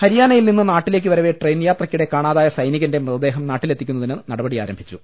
ഹരിയാനയിൽ നിന്ന് നാട്ടിലേക്ക് വരവെ ട്രെയിൻ യാത്രക്കിടെ കാണാതായ സൈനീകന്റ മൃതദേഹം നാട്ടിലെത്തിക്കുന്നതിന് നടപടി ആരംഭിച്ചു